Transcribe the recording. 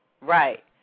Right